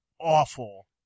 awful